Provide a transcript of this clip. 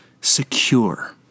secure